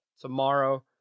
tomorrow